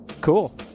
cool